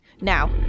now